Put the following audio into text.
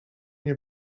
nie